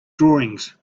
drawings